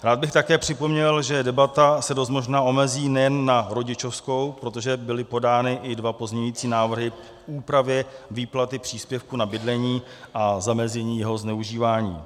Rád bych také připomněl, že debata se dost možná omezí nejen na rodičovskou, protože byly podány i dva pozměňující návrhy k úpravě výplaty příspěvku na bydlení a zamezení jeho zneužívání.